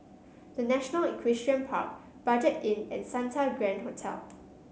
The National Equestrian Park Budget Inn and Santa Grand Hotel